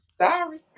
Sorry